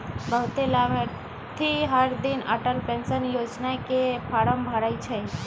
बहुते लाभार्थी हरदिन अटल पेंशन योजना के फॉर्म भरई छई